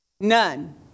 none